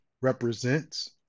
represents